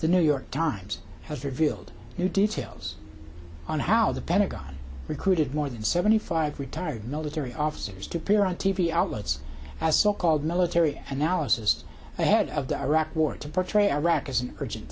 the new york times has revealed new details on how the pentagon recruited more than seventy five retired military officers to appear on t v outlets as so called military analysis ahead of the iraq war to portray iraq as an urgent